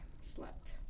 Slept